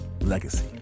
Legacy